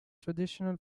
traditional